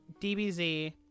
DBZ